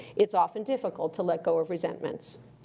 it's often difficult to let go of resentments.